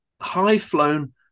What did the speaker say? high-flown